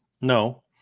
No